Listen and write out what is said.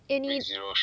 eh 你